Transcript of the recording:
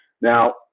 now